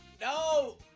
No